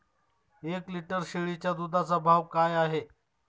एक लिटर शेळीच्या दुधाचा भाव काय आहे?